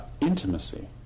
intimacy